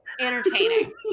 Entertaining